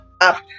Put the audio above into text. up